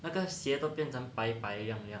那个鞋都变成白白亮亮